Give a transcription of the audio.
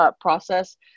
process